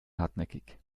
hartnäckig